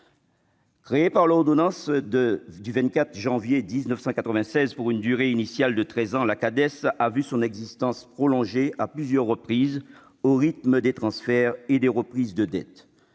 Créée par l'ordonnance du 24 janvier 1996 pour une durée initiale de treize ans, la Cades a vu son existence prolongée à plusieurs reprises au rythme des transferts et des reprises de dette.